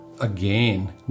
again